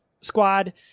squad